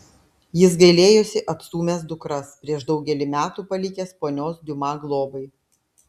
jis gailėjosi atstūmęs dukras prieš daugelį metų palikęs ponios diuma globai